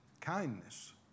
kindness